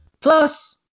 Plus